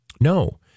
No